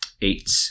Eight